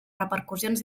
repercussions